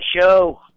Show